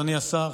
אדוני השר,